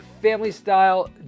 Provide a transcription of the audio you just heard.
family-style